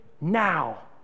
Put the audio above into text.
now